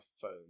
phone